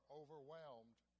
overwhelmed